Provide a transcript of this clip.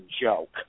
joke